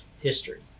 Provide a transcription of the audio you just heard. history